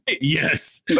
Yes